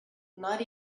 not